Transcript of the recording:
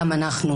גם אנחנו,